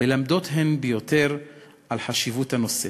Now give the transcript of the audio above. מלמדות הן ביותר על חשיבות הנושא.